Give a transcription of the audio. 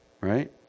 Right